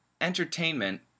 entertainment